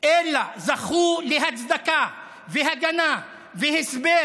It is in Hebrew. אלא זכו להצדקה והגנה והסבר